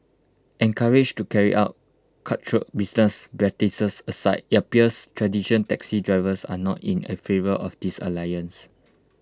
encouraged to carry out cutthroat business practices aside IT appears traditional taxi drivers are not in A favour of this alliance